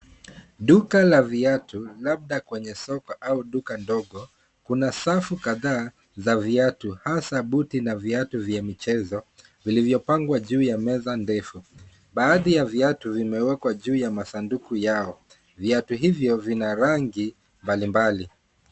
Duka la viatu, labda kwenye soko au duka ndogo kuna safu kadhaa za viatu haswa buti na viatu vya michezo vilivyopangwa juu ya meza ndefu. Baadhi ya viatu vimewekwa juu ya masanduku yao. Viatu hivyo vina rangi mbalimbali.